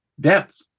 depth